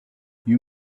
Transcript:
you